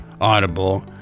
Audible